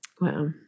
Wow